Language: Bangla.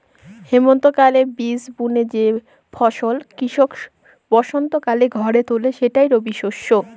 হেমন্তকালে বীজ বুনে যে ফসল কৃষক বসন্তকালে ঘরে তোলে সেটাই রবিশস্য